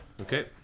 Okay